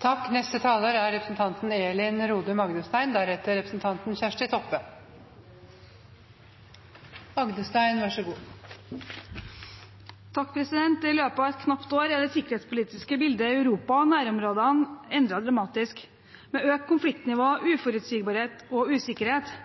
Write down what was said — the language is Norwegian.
I løpet av et knapt år er det sikkerhetspolitiske bildet i Europa og nærområdene endret dramatisk, med økt konfliktnivå, uforutsigbarhet og usikkerhet.